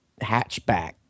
hatchback